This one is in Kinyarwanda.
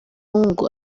ngo